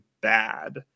bad